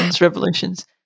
revolutions